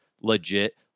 legit